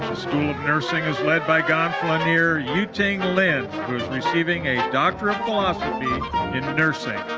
school of nursing is led by gonfalonier yuting lin, who is receiving a doctor of philosophy in nursing.